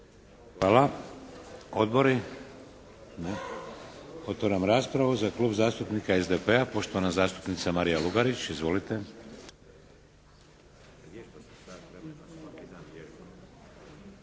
Hvala. Odbori? Otvaram raspravu. Za Klub zastupnika SDP-a poštovana zastupnica Marija Lugarić. Izvolite.